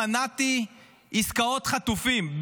מנעתי עסקאות חטופים,